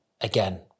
again